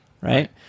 right